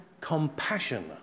compassion